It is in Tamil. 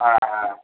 ஆ ஆ